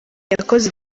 yakoze